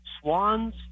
swans